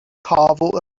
kavo